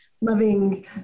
loving